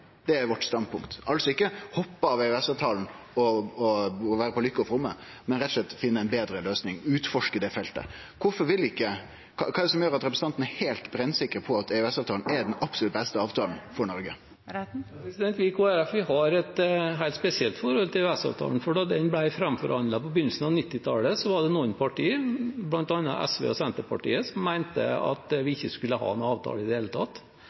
Det er standpunktet vårt, altså ikkje å hoppe av EØS-avtalen, gjere det på lykke og fromme, men rett og slett å finne ei betre løysing, utforske det feltet. Kva er det som gjer at representanten er heilt brennsikker på at EØS-avtalen er den absolutt beste avtalen for Noreg? Vi i Kristelig Folkeparti har et helt spesielt forhold til EØS-avtalen. Da den ble framforhandlet på begynnelsen av 1990-tallet, var det noen partier, bl.a. SV og Senterpartiet, som mente at vi ikke skulle ha noen avtale i det hele tatt.